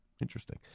Interesting